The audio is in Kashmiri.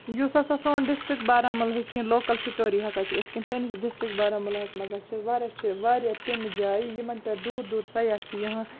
یُس ہسا سون ڈِسٹِرٛک بارہمولٕچ کیٚنہہ لوکَل سِٹوری ہسا چھِ یِتھ کَنۍ سٲنِس ڈِسٹِرٛک بارہمولہس منٛز ہا چھِ واریاہ چھِ واریاہ تِمہٕ جایہِ یِمَن پٮ۪ٹھ دوٗر دوٗر سیاح چھِ یِوان